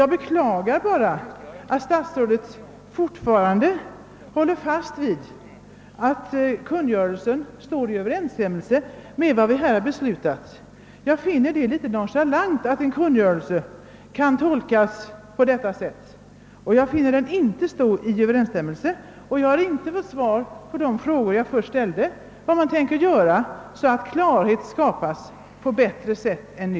Jag beklagar bara att statsrådet fortfarande håller fast vid att kungörelsen står i överensstämmelse med vad vi beslutat. Jag finner det en smula nonchalant mot riksdagen att man kan göra en sådan tolkning av en kungörelse. Jag upprepar alltså att kungörelsen inte står i överensstämmelse med vad som beslutats, och jag har inte fått svar på de frågor som jag ställt om vad man tänker göra för att skapa större klarhet än nu.